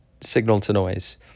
signal-to-noise